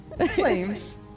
flames